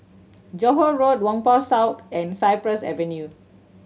Johore Road Whampoa South and Cypress Avenue